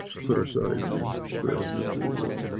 put aside the threat of nuclear war,